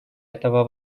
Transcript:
этого